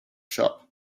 shop